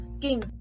king